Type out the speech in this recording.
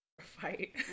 Fight